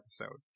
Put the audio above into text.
episode